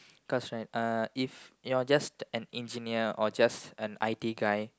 cause right uh if you are just an engineer or just an I_T guy